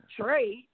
trade